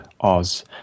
Oz